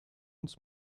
uns